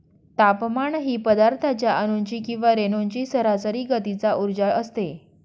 तापमान ही पदार्थाच्या अणूंची किंवा रेणूंची सरासरी गतीचा उर्जा असते